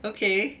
okay